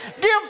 give